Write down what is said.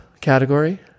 category